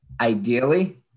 ideally